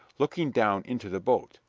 looking down into the boat,